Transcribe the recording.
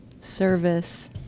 service